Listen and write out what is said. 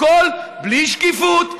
הכול בלי שקיפות,